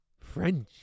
French